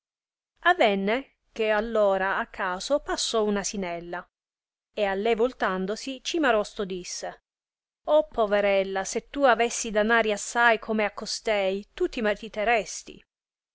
avenne che all'ora a caso passò un asinella e a lei voltatosi cimarosto disse poverella se tu avessi danari assai come ha costei tu ti maritaresti